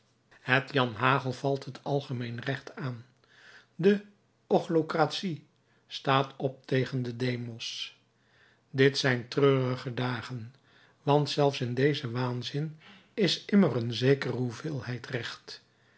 het janhagel valt het algemeen recht aan de ochlocratie staat op tegen den demos dit zijn treurige dagen want zelfs in dezen waanzin is immer een zekere hoeveelheid recht